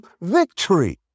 victory